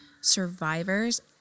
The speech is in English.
survivors